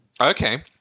Okay